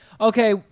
okay